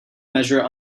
measure